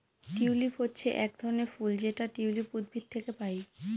tulip হচ্ছে এক ধরনের ফুল যেটা টিউলিপ উদ্ভিদ থেকে পায়